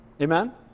Amen